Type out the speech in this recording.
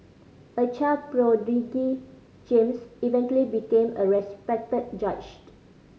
a child prodigy James eventually became a respected judge